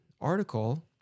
article